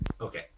Okay